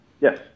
Yes